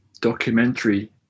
documentary